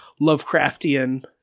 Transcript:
lovecraftian